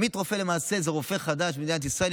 עמית רופא למעשה זה רופא חדש במדינת ישראל,